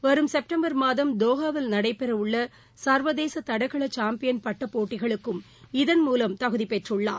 வரும்செப்டம்பர் மாதம் தோஹாவில் நடைபெறவுள்ளச்வதேசதடகளசாம்பியன் பட்டபோட்டிகளுக்கும் இதன் மூலம் தகுதிபெற்றுள்ளார்